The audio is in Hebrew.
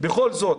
בכל זאת,